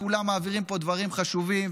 כולם מעבירים פה דברים חשובים,